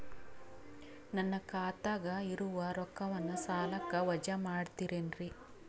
ನನ್ನ ಖಾತಗ ಇರುವ ರೊಕ್ಕವನ್ನು ಸಾಲಕ್ಕ ವಜಾ ಮಾಡ್ತಿರೆನ್ರಿ?